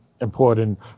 important